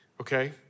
okay